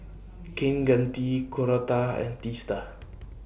Kaneganti Korata and Teesta